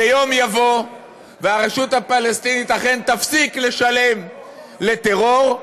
יום יבוא והרשות הפלסטינית אכן תפסיק לשלם לטרור,